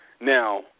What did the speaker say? Now